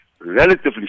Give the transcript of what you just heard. relatively